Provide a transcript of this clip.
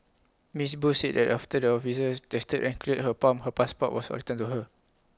miss Bose said that after the officers tested and cleared her pump her passport was returned to her